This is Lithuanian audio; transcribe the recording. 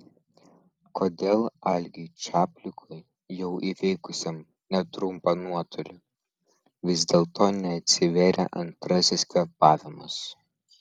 kodėl algiui čaplikui jau įveikusiam netrumpą nuotolį vis dėlto neatsivėrė antrasis kvėpavimas